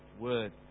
Word